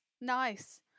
Nice